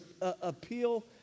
appeal